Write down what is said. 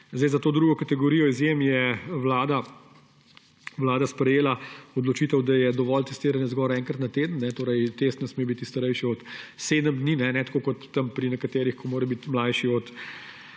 Za to drugo kategorijo izjem je Vlada sprejela odločitev, da je dovolj testiranje zgolj enkrat na teden, torej test ne sme biti starejši od sedem dni, ne tako kot pri nekaterih, ko mora biti mlajši od